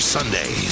Sunday